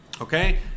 Okay